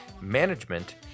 Management